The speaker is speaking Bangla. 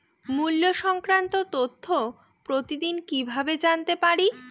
মুল্য সংক্রান্ত তথ্য প্রতিদিন কিভাবে জানতে পারি?